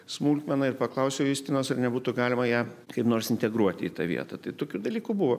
smulkmeną ir paklausiau justinos ar nebūtų galima ją kaip nors integruoti į tą vietą tai tokių dalykų buvo